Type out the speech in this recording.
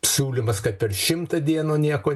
siūlymas kad per šimtą dienų nieko